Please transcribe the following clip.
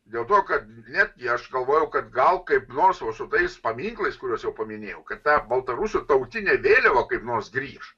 dėl to kad net jei aš galvojau kad gal kaip nors va su tais paminklais kuriuos jau paminėjau kad ta baltarusių tautinė vėliava kaip nors grįš